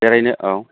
बेरायनो औ